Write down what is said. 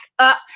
up